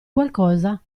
qualcosa